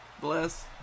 Bless